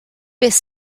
beth